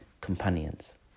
companions